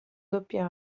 doppia